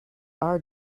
are